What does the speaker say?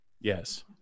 Yes